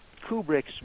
Kubrick's